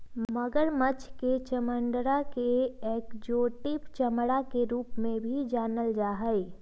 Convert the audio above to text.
मगरमच्छ के चमडड़ा के एक्जोटिक चमड़ा के रूप में भी जानल जा हई